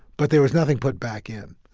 but there was nothing put back in.